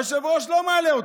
היושב-ראש לא מעלה אותו.